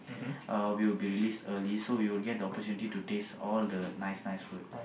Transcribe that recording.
uh we will be released early so we will get the opportunity to taste all the nice nice food